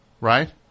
Right